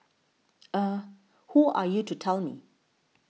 eh who are you to tell me